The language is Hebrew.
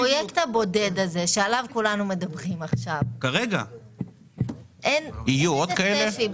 בפרויקט הבודד הזה שעליו כולנו מדברים עכשיו --- יהיו עוד כאלה?